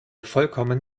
vollkommen